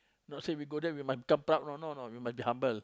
not say we go there must proud know we must be humble